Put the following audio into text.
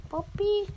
Poppy